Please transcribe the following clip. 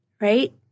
Right